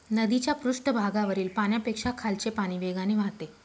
नदीच्या पृष्ठभागावरील पाण्यापेक्षा खालचे पाणी वेगाने वाहते